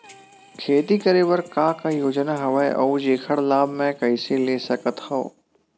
खेती करे बर का का योजना हवय अउ जेखर लाभ मैं कइसे ले सकत हव?